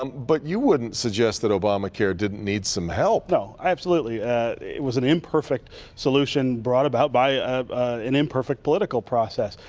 um but you wouldn't suggest that obamacare didn't need some help? no, absolutely. it was an imperfect solution brought about by ah an imperfect political process,